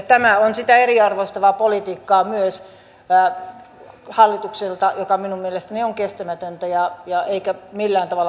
tämä on hallitukselta myös sitä eriarvoistavaa politiikkaa joka minun mielestäni on kestämätöntä eikä millään tavalla perusteltua